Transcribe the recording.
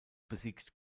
besiegt